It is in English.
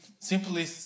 simply